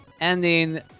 ending